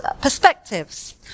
perspectives